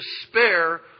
despair